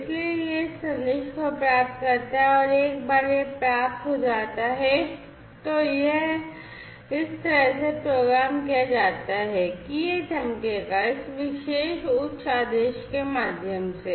इसलिए यह इस संदेश को प्राप्त करता है और एक बार यह प्राप्त हो जाता है तो यह इस तरह से प्रोग्राम किया जाता है कि यह चमकेगा इस विशेष उच्च आदेश के माध्यम से